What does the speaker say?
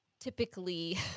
typically